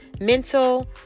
mental